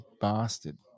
bastard